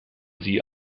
sie